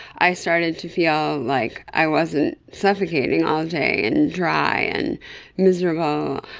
i started to feel like i wasn't suffocating all day and dry and miserable.